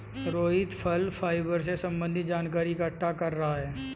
रोहित फल फाइबर से संबन्धित जानकारी इकट्ठा कर रहा है